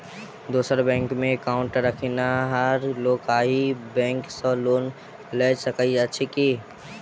दोसर बैंकमे एकाउन्ट रखनिहार लोक अहि बैंक सँ लोन लऽ सकैत अछि की?